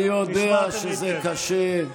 אני יודע שזה קשה,